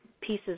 pieces